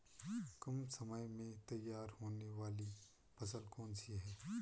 कम समय में तैयार होने वाली फसल कौन सी है?